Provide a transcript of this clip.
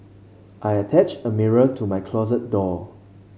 I attached a mirror to my closet door